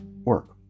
work